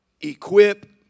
equip